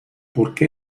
porque